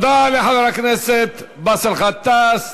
כן, הערבים מתייחסים, תודה לחבר הכנסת באסל גטאס.